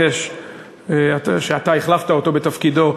שאתה החלפת אותו בתפקידו,